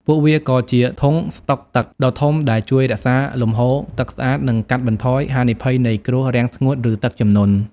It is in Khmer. ពួកវាក៏ជា "ធុងស្តុកទឹក" ដ៏ធំ ដែលជួយរក្សាលំហូរទឹកស្អាត និងកាត់បន្ថយហានិភ័យនៃគ្រោះរាំងស្ងួត ឬទឹកជំនន់។